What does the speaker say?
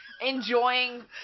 Enjoying